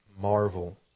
marvel